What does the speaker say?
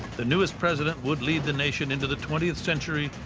the newest president would lead the nation into the twentieth century,